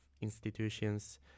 institutions